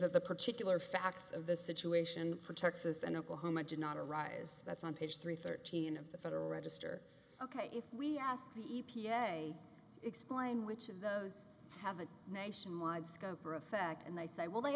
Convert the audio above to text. that the particular facts of the situation for texas and oklahoma did not arise that's on page three thirteen of the federal register ok if we ask the e p a explain which of those have a nationwide scope or effect and they say well they